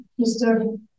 Mr